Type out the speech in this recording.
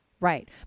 Right